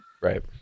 right